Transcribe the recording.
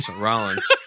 Rollins